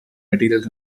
materials